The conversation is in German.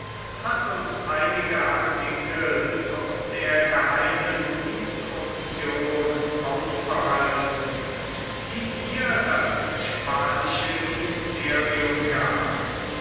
hat uns einige artikel aus der geheimen instruktion aufbehalten die ihr das spanische ministerium gab